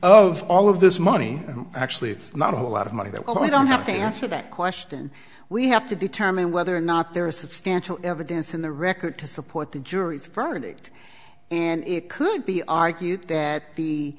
of all of this money actually it's not a whole lot of money that i don't have to answer that question we have to determine whether or not there is substantial evidence in the record to support the jury's verdict and it could be argued that the